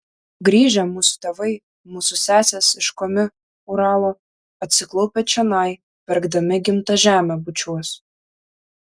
grįžę mūsų tėvai mūsų sesės iš komi uralo atsiklaupę čionai verkdami gimtą žemę bučiuos